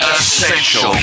Essential